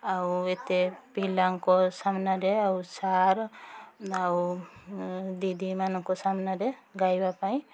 ଆଉ ଏତେ ପିଲାଙ୍କ ସାମ୍ନାରେ ଆଉ ସାର୍ ଆଉ ଦିଦିମାନଙ୍କ ସାମ୍ନାରେ ଗାଇବାପାଇଁ